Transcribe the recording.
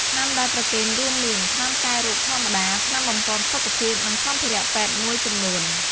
ថ្នាំដែលប្រគេនរួមមាន ថ្នាំកែរោគធម្មតា ថ្នាំបំប៉នសុខភាព និងសម្ភារៈពេទ្យមួយចំនួន។